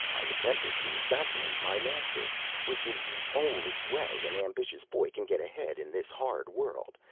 i attempted to assassinate my master which is the only way an ambitious boy can get ahead in this hard world,